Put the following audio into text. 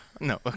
No